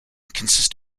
consist